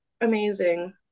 amazing